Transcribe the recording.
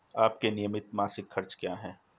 आपके नियमित मासिक खर्च क्या हैं?